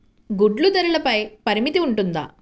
గుడ్లు ధరల పై పరిమితి ఉంటుందా?